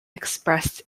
expressed